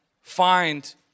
find